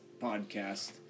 podcast